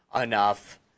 enough